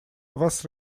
was